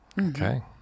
Okay